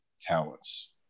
talents